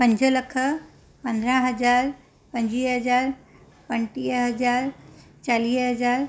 पंज लख पंदरहां हज़ार पंजवीह हज़ार पंजटीह हजार चालीह हज़ार